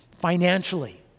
Financially